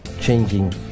changing